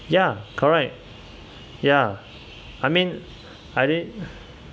ya correct ya I mean I didn't